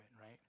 right